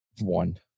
One